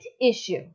issue